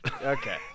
Okay